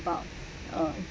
about uh